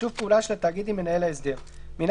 "שיתוף פעולה של התאגיד עם מנהל ההסדר 319יד. מינה